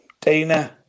Dana